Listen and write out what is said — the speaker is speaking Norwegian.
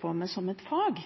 på med som et fag.